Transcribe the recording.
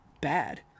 bad